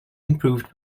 improved